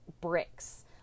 bricks